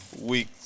Week